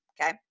Okay